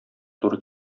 туры